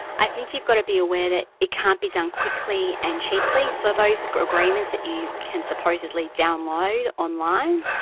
i think you've got to be aware that it can't be done quickly and cheaply, so those agreements that you can supposedly download online,